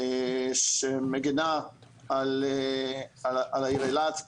שמגנה על העיר אילת,